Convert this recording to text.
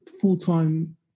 full-time